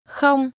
Không